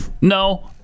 no